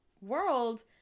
world